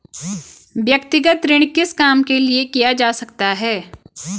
व्यक्तिगत ऋण किस काम के लिए किया जा सकता है?